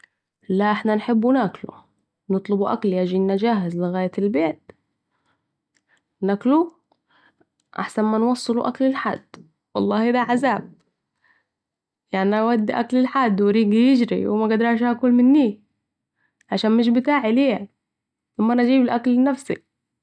لا احنا نحبو ناكلو نطلبو اكل يجينا جاهز لغاية البيت ناكلوه, احسن منوصلو اكل لحد والله ده عذاب, يعني نوصلو اكل لحد و ريقي يجري و مقدرش اكل منه عشان مش بتاعي ليه, طب م انا اجيب الاكل لنفسي